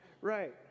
Right